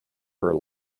her